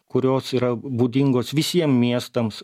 kurios yra būdingos visiem miestams